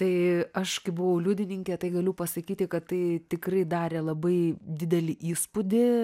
tai aš kai buvau liudininkė tai galiu pasakyti kad tai tikrai darė labai didelį įspūdį